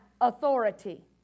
authority